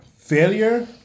Failure